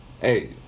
Hey